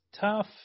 tough